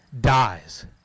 dies